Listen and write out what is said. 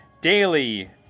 daily